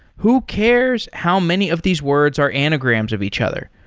who cares how many of these words are anagrams of each other?